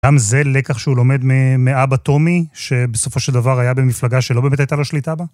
גם זה לקח שהוא לומד מאבא טומי, שבסופו של דבר היה במפלגה שלא באמת הייתה לו שליטה בה?